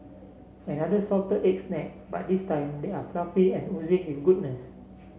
another salted egg snack but this time they are fluffy and oozing with goodness